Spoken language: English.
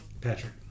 Patrick